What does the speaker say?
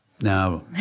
Now